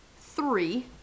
three